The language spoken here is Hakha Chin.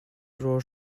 rawl